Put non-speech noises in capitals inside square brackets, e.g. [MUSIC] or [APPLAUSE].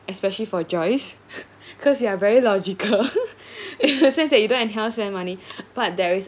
especially for joyce [LAUGHS] cause you are very logical [LAUGHS] in the sense that you don't anyhow spend money [BREATH] but there is